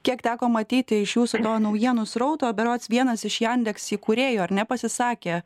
kiek teko matyti iš jūsų to naujienų srauto berods vienas iš jandeks įkūrėjų ar ne pasisakė